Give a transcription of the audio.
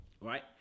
right